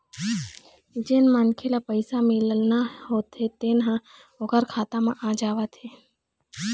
जेन मनखे ल पइसा मिलना होथे तेन ह ओखर खाता म आ जावत हे